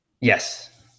Yes